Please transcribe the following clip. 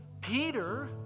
Peter